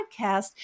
podcast